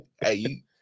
Hey